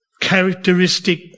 characteristic